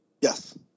Yes